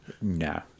No